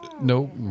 No